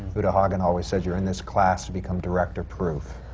uta hagen always says, you're in this class to become director-proof,